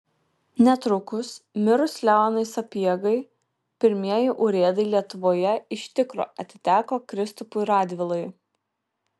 netrukus mirus leonui sapiegai pirmieji urėdai lietuvoje iš tikro atiteko kristupui radvilai